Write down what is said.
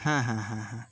হ্যাঁ হ্যাঁ হ্যাঁ হ্যাঁ